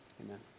Amen